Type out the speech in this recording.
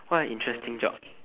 what an interesting job